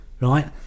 right